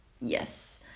Yes